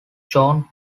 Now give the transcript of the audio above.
john